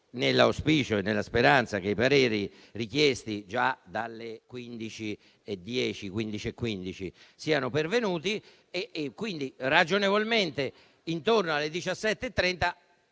nell'auspicio e nella speranza che i pareri richiesti già dalle 15-15,15 siano pervenuti e quindi, ragionevolmente intorno alle 17,30,